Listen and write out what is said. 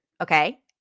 Okay